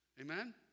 Amen